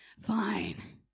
fine